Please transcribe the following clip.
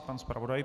Pan zpravodaj.